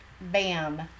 Bam